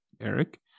Eric